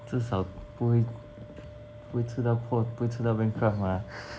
至少不会不会吃到 poor 不会吃到 bankrupt mah